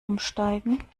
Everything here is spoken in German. umsteigen